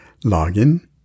login